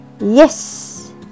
yes